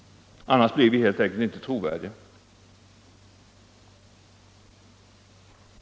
Annars blir vi helt enkelt inte trovärdiga.